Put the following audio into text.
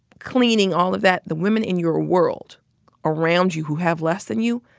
cleaning all of that the women in your world around you who have less than you,